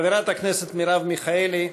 חברת הכנסת מרב מיכאלי,